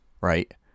right